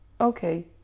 okay